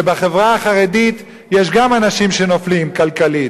שגם בחברה החרדית יש אנשים שנופלים כלכלית,